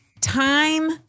Time